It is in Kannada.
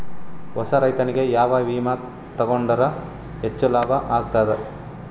ಹೊಸಾ ರೈತನಿಗೆ ಯಾವ ವಿಮಾ ತೊಗೊಂಡರ ಹೆಚ್ಚು ಲಾಭ ಆಗತದ?